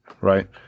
right